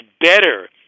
better